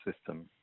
system